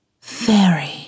Fairy